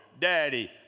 Daddy